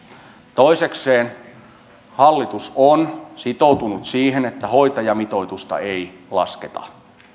toisekseen hallitus on sitoutunut siihen että hoitajamitoitusta ei lasketa